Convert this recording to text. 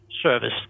service